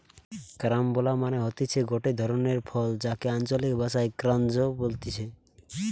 carambola মানে হতিছে গটে ধরণের ফল যাকে আঞ্চলিক ভাষায় ক্রাঞ্চ বলতিছে